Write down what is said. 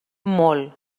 molt